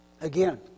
again